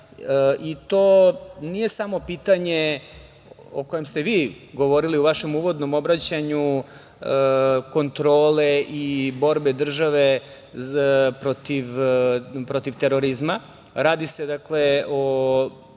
i to nije samo pitanje o kojem ste vi govorili u vašem uvodnom obraćanju, kontrole i borbe države protiv terorizma. Radi se dakle o